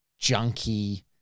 junky